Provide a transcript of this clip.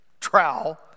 trowel